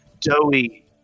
doughy